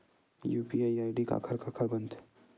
UPI ID काखर काखर बनथे?